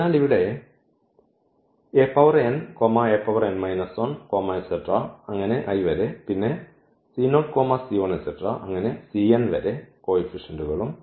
അതിനാൽ ഇവിടെ അങ്ങനെ വരെ പിന്നെ അങ്ങനെ വരെ കോയിഫിഷെന്റുകളും